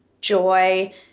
joy